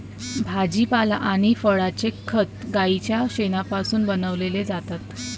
भाजीपाला आणि फळांचे खत गाईच्या शेणापासून बनविलेले जातात